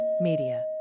Media